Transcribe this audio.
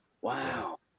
Wow